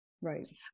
right